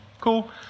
Cool